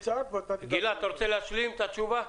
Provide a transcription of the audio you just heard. גלעד, אתה רוצה להשלים את התשובה?